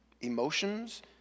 emotions